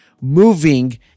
moving